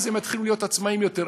אז הן יתחילו להיות עצמאיות יותר.